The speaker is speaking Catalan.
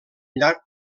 llarg